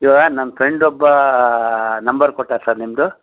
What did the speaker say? ಈಗ ನಮ್ಮ ಫ್ರೆಂಡ್ ಒಬ್ಬ ನಂಬರ್ ಕೊಟ್ಟ ಸರ್ ನಿಮ್ಮದು